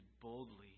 boldly